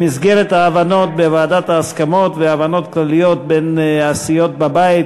במסגרת ההבנות בוועדת ההסכמות והבנות כלליות בין הסיעות בבית,